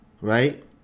right